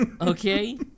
Okay